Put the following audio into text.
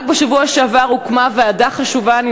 רק בשבוע שעבר הוקמה ועדה חשובה ומשמעותית,